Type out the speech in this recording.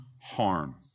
harm